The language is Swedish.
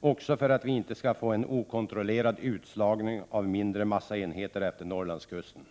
också för att det inte skall bli en okontrollerad utslagning av de mindre massaenheterna längs Norrlandskusten.